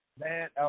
Man